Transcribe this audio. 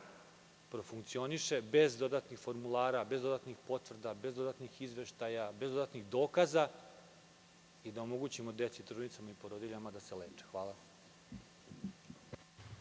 profunkcioniše bez dodatnih formulara, bez dodatnih potvrda, bez dodatnih izveštaja, bez dodatnih dokaza i da omogućimo deci, trudnicama i porodiljama da se leče. Hvala.